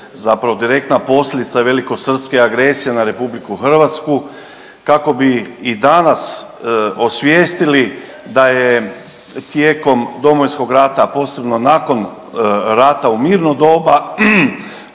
zapravo direktna posljedica velikosrpske agresije na RH kako bi i danas osvijestili da je tijekom Domovinskog rata, posebno nakon rata u mirno doba